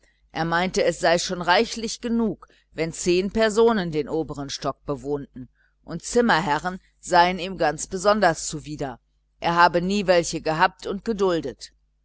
er meinte es sei schon reichlich genug wenn zehn leute den obern stock bewohnten und zimmerherrn seien ihm ganz zuwider er habe nie welche gehabt und geduldet